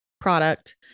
product